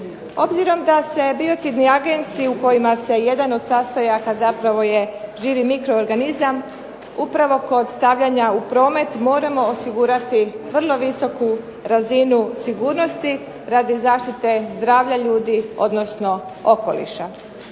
Obzirom da se biocidni agensi u kojima se jedan od sastojaka zapravo je živi mikroorganizam upravo kod stavljanja u promet moramo osigurati vrlo visoku razinu sigurnosti radi zaštite zdravlja ljudi, odnosno okoliša.